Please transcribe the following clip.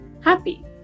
happy